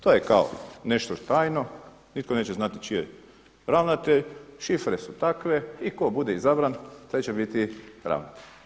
To je kao nešto tajno, nitko neće tražiti čiji je ravnatelj, šifre su takve i tko bude izabran taj će biti ravnatelj.